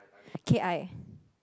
K I